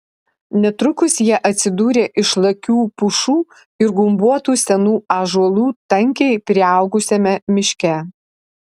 netrukus jie atsidūrė išlakių pušų ir gumbuotų senų ąžuolų tankiai priaugusiame miške